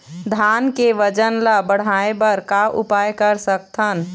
धान के वजन ला बढ़ाएं बर का उपाय कर सकथन?